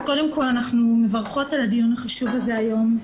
אז קודם כל אנחנו מברכות על הדיון החשוב הזה היום,